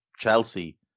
Chelsea